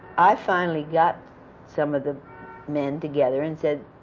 i finally got some of the men together and said,